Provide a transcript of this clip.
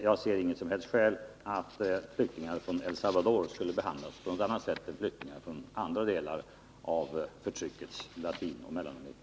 Jag ser inget som helst skäl att flyktingar från El Salvador skulle behandlas på annat sätt än flyktingar från andra delar av förtryckets Sydoch Mellanamerika.